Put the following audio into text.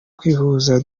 kwihuza